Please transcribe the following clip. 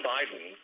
Biden